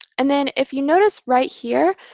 and then if you notice right here,